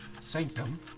sanctum